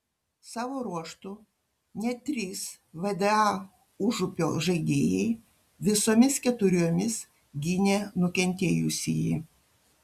savo ruožtu net trys vda užupio žaidėjai visomis keturiomis gynė nukentėjusįjį